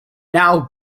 now